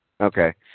Okay